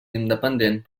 independent